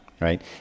Right